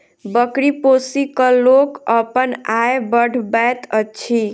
बकरी पोसि क लोक अपन आय बढ़बैत अछि